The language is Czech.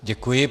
Děkuji.